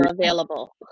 available